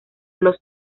los